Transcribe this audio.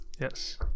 yes